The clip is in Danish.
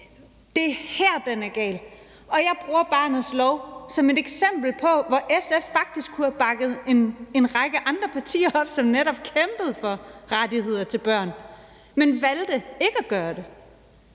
Det er her, den er gal. Jeg bruger barnets lov som et eksempel på, hvor SF faktisk kunne have bakket en række andre partier op, som netop kæmpede for rettigheder til børn, men valgte ikke at gøre det,